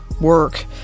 work